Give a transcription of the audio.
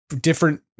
different